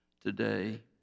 today